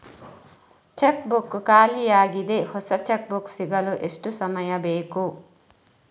Check book ಖಾಲಿ ಯಾಗಿದೆ, ಹೊಸ ಚೆಕ್ ಬುಕ್ ಸಿಗಲು ಎಷ್ಟು ಸಮಯ ಬೇಕು?